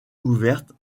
ouverte